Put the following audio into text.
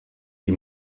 die